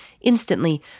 instantly